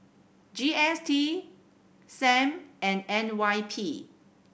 G S T Sam and N Y P